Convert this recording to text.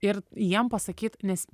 ir jiem pasakyt nes